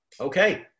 Okay